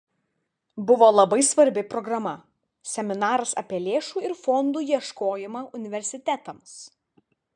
buvo labai svarbi programa seminaras apie lėšų ir fondų ieškojimą universitetams